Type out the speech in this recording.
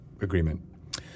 agreement